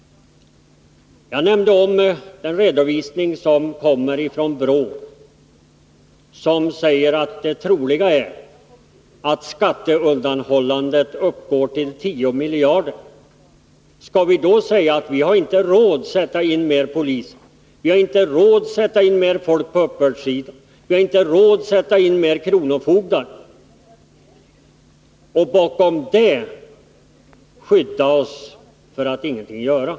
Jag nämnde en redovisning som kommer från BRÅ, där det sägs att det troliga är att skatteundanhållandet uppgår till 10 miljarder. Skall vi då säga att vi inte har råd att sätta in fler poliser, inte har råd att sätta in mer folk på uppbördssidan, inte har råd att sätta in fler kronofogdar — och bakom det söka skydd för att vi ingenting gör?